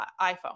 iPhone